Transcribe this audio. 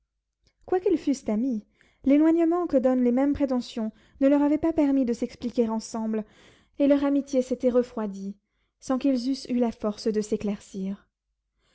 quoiqu'ils fussent amis l'éloignement que donnent les mêmes prétentions ne leur avait pas permis de s'expliquer ensemble et leur amitié s'était refroidie sans qu'ils eussent eu la force de s'éclaircir